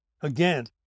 again